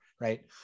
Right